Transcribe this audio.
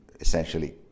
essentially